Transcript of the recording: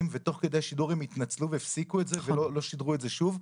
ותוך כדי השידור הם התנצלו והפסיקו ולא שדרו שוב,